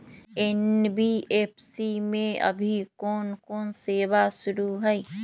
NBFC में अभी कोन कोन सेवा शुरु हई?